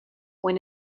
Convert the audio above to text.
when